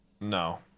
No